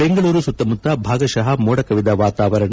ಬೆಂಗಳೂರು ಸುತ್ತಮುತ್ತ ಭಾಗಶಃ ಮೋಡ ಕವಿದ ವಾತಾವರಣ